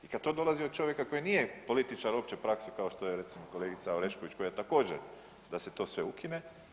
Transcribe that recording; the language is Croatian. I kada to dolazi od čovjeka koji nije političar opće prakse, kao što je recimo kolegica Orešković koja je također da se to sve ukine.